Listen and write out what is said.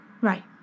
Right